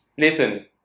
listen